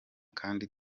kandi